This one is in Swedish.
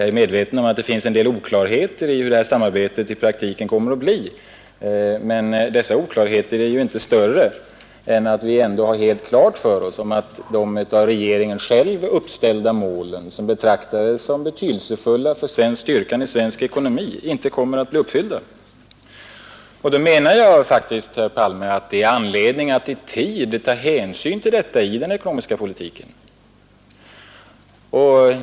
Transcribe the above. Jag är medveten om att det finns en del oklarheter i hurudant detta samarbete i praktiken kommer att bli, men dessa oklarheter är inte större än att vi ändå har helt klart för oss att de av regeringen själv uppställda målen, som betraktades såsom betydelsefulla för styrkan i svensk ekonomi, inte kommer att uppfyllas. Jag menar faktiskt, herr Palme, att det finns anledning att i tid ta hänsyn till detta i den ekonomiska politiken.